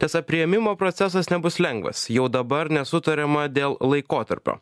tiesa priėmimo procesas nebus lengvas jau dabar nesutariama dėl laikotarpio